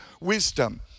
wisdom